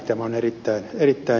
tämä on yrittää heittää